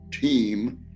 team